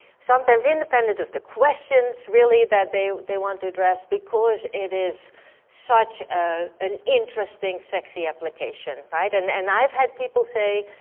sometimes independent of the questions really that they they want to address, because it is such ah an interesting, sexy application, right? and and i've had people say,